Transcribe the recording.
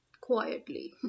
quietly